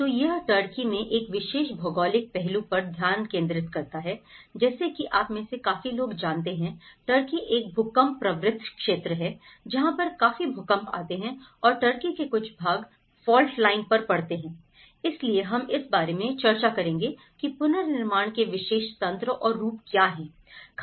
तो यह टर्की में एक विशेष भौगोलिक पहलू पर ध्यान केंद्रित करता है जैसा कि आप में से काफी लोग जानते हैं टर्की एक भूकंप प्रवृत्त क्षेत्र है जहां पर काफी भूकंप आते हैं और टर्की के कुछ भाग फॉल्ट लाइन पर पड़ते हैं इसलिए हम इस बारे में चर्चा करेंगे की पुनर्निर्माण के विशेष तंत्र और रूप क्या है